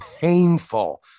painful